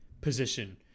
position